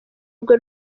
rwe